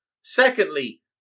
Secondly